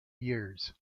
years